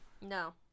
No